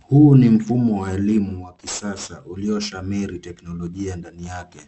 Huu ni mfumo wa elimu wa kisasa ulioshamiri teknolojia ndani yake.